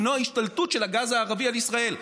למנוע השתלטות של הגז הערבי על ישראל,